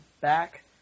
back